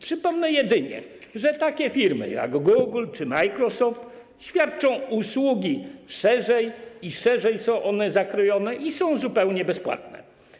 Przypomnę jedynie, że takie firmy jak Google czy Microsoft świadczą usługi szerzej, szerzej są one zakrojone i są zupełnie bezpłatne.